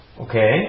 Okay